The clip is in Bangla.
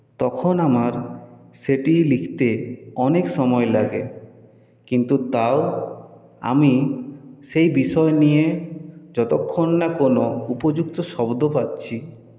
তখন আমার সেটি লিখতে অনেক সময় লাগে কিন্তু তাও আমি সেই বিষয় নিয়ে যতক্ষণ না কোনো উপযুক্ত শব্দ পাচ্ছি